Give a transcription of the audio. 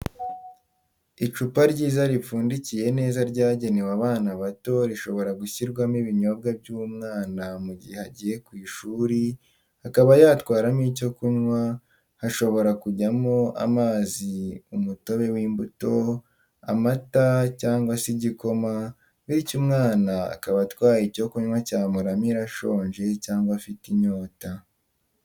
Icupa ryiza ripfundikiye neza ryagenewe abana bato rishobora gushyirwamo ibinyobwa by'umwana mu gihe agiye ku ishuri akaba yatwaramo icyo kunywa hashobora kujyamo amazi umutobe w'imbuto, amata cyangwa se igikoma bityo umwana akaba atwaye icyo kunywa cyamuramira ashonje cyangwa afite inyota